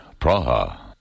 Praha